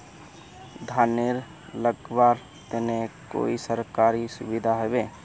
धानेर लगवार तने कोई सरकारी सुविधा होबे?